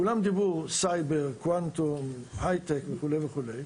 דיברו על סייבר, קוונטום הייטק וכדומה.